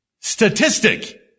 statistic